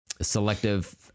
selective